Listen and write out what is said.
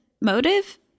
motive